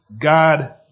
God